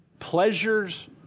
Pleasures